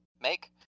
make